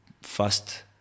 fast